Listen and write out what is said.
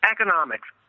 Economics